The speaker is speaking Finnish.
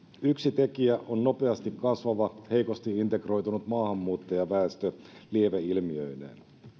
yksi tekijä on nopeasti kasvava heikosti integroitunut maahanmuuttajaväestö lieveilmiöineen